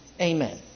Amen